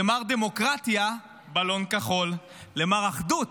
למר דמוקרטיה בלון כחול, למר אחדות